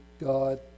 God